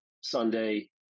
Sunday